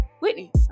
whitney